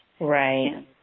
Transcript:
Right